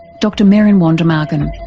dr meron wondemaghen.